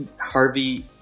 Harvey